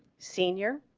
senior